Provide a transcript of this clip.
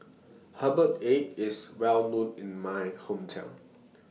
Herbal Egg IS Well known in My Hometown